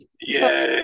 yay